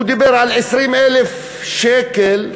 הוא דיבר על 20,000 שקל הכנסה.